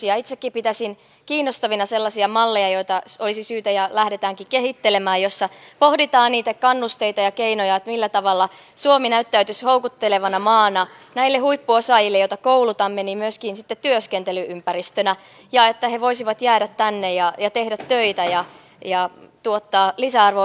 itsekin pitäisin kiinnostavina sellaisia malleja joita olisi syytä kehitellä ja lähdetäänkin kehittelemään joissa pohditaan niitä kannusteita ja keinoja millä tavalla suomi näyttäytyisi houkuttelevana maana näille huippuosaajille joita koulutamme sitten myöskin työskentely ympäristönä että he voisivat jäädä tänne ja tehdä töitä ja tuottaa lisäarvoa yhteiskuntaamme